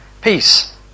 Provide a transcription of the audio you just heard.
peace